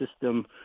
system